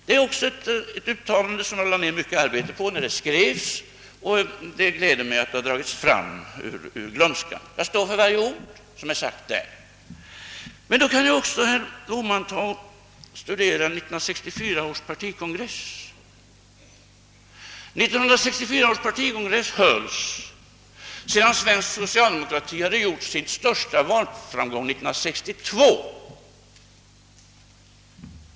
Det är också ett uttalande som jag lade ned mycket arbete på när det skrevs, och det gläder mig att det dragits fram ur glömskan. Jag står för varje ord som sagts där. Men herr Bohman, som alltså är så intresserad av vad jag säger, kan ju då också studera 1964 års partikongress. 1964 års partikongress hölls sedan svensk socialdemokrati 1962 hade haft sin största valframgång.